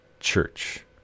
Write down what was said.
Church